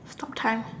sometimes